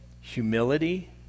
humility